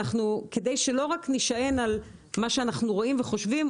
כדי שלא רק נישען על מה שאנחנו רואים וחושבים,